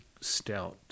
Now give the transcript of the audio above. stout